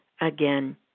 again